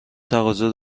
تقاضا